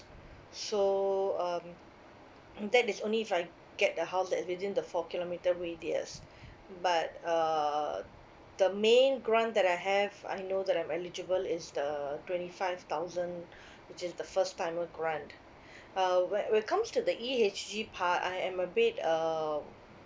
so um mm that is only if I get a house that is within the four kilometre radius but err the main grant that I have I know that I'm eligible is the twenty five thousand which is the first timer grant uh when when comes to the E_H_G part I am a bit um